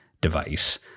device